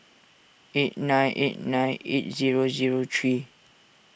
eight nine eight nine eight zero zero three